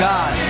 God